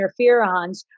interferons